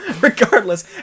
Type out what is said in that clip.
Regardless